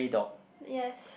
yes